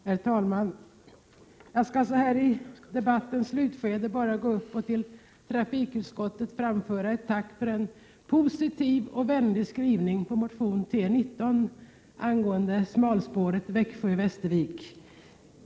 Herr talman! Jag skall så här i debattens slutskede bara gå upp för att till trafikutskottet framföra ett tack för en positiv och vänlig skrivning om motion T19 angående smalspåret Växjö— Västervik.